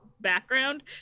background